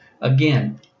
Again